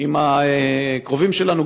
עם הקרובים שלנו,